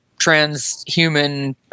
transhuman